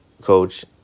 coach